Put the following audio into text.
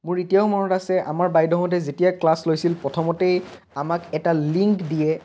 মোৰ এতিয়াও মনত আছে আমাৰ বাইদেউহঁতে যেতিয়া ক্লাছ লৈছিল প্ৰথমতেই আমাক এটা লিংক দিয়ে